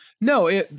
No